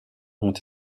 ont